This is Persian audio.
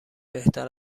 بهتر